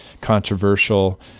controversial